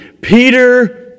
Peter